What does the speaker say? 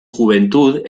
juventud